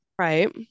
right